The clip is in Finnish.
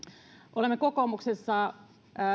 olemme kokoomuksessa